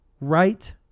Right